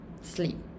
sleep